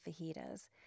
fajitas